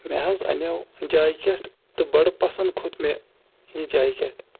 مےٚ حظ اَنیو جاکٮ۪ٹ تہٕ بَڑٕ پسنٛد کھوٚت مےٚ یہِ جاکٮ۪ٹ